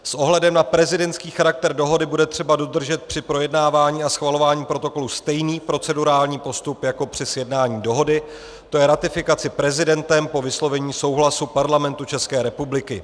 S ohledem na prezidentský charakter dohody bude třeba dodržet při projednávání a schvalování protokolů stejný procedurální postup jako při sjednání dohody, tj. ratifikaci prezidentem po vyslovení souhlasu Parlamentu České republiky.